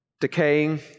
Decaying